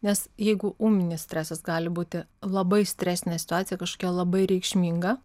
nes jeigu ūminis stresas gali būti labai stresinė situacija kažkokia labai reikšminga